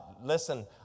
listen